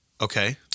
Okay